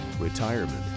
retirement